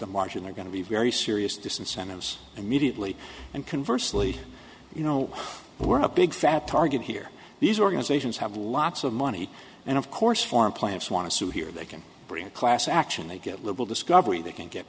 the margin they're going to be very serious disincentives immediately and converse leigh you know we're a big fat target here these organizations have lots of money and of course for implants want to sue here they can bring a class action they get little discovery they can get